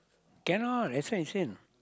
cannot that's what I say